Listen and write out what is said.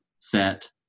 set